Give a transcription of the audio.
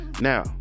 now